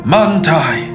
Mantai